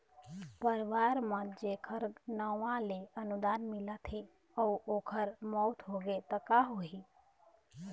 परवार म जेखर नांव ले अनुदान मिलत हे अउ ओखर मउत होगे त का होही?